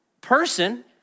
person